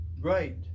great